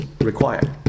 required